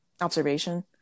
observation